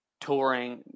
touring